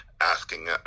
asking